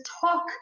talk